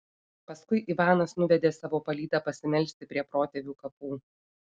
paskui ivanas nuvedė savo palydą pasimelsti prie protėvių kapų